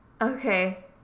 Okay